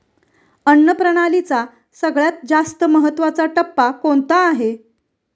अन्न प्रणालीचा सगळ्यात जास्त महत्वाचा टप्पा कोणता आहे?